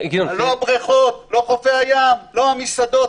לא הבריכות, לא חופי הים, לא המסעדות.